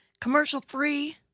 Commercial-free